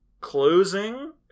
closing